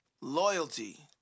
Loyalty